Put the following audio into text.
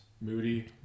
moody